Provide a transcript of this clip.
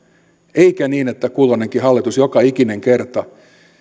eikä niin että kulloinenkin hallitus joka ikinen kerta